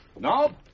No